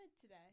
today